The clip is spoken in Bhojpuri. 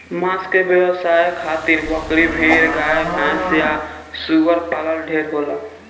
मांस के व्यवसाय खातिर बकरी, भेड़, गाय भैस आ सूअर पालन ढेरे होला